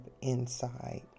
inside